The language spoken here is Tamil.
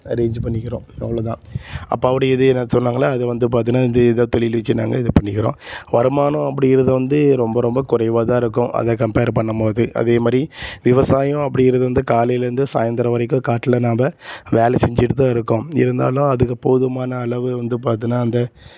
அரேஞ்சு பண்ணிக்கிறோம் அவ்வளோ தான் அப்பாவுடைய இதே என்ன சொல்கிறாங்களோ அதை வந்து பார்த்துன்னு இதே இதா தொழில் வச்சு நாங்கள் இது பண்ணிக்கிறோம் வருமானம் அப்படிங்கிறது வந்து ரொம்ப ரொம்ப குறைவா தான் இருக்கும் அதை கம்பேர் பண்ணும் போது அதே மாதிரி விவசாயம் அப்படிங்கிறது வந்து காலையிலேருந்து சாயந்தரம் வரைக்கும் காட்டில் நாம் வேலை செஞ்சிட்டு தான் இருக்கோம் இருந்தாலும் அதுக்குப் போதுமான அளவு வந்து பார்த்தீன்னா அந்த